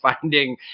finding